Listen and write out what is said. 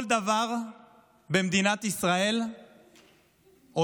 כל דבר במדינת ישראל עולה.